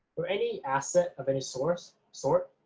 or any asset of any source sort,